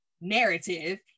narrative